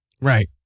Right